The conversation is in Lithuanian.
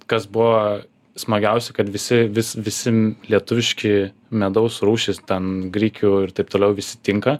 kas buvo smagiausia kad visi vis visi lietuviški medaus rūšys ten grikių ir taip toliau visi tinka